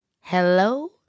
Hello